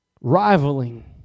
rivaling